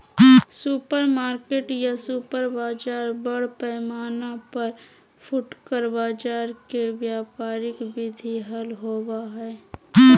supermarket या super बाजार बड़ पैमाना पर फुटकर बाजार के व्यापारिक विधि हल होबा हई